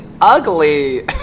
ugly